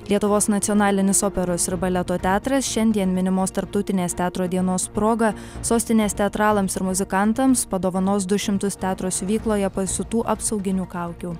lietuvos nacionalinis operos ir baleto teatras šiandien minimos tarptautinės teatro dienos proga sostinės teatralams ir muzikantams padovanos du šimtus teatro siuvykloje pasiūtų apsauginių kaukių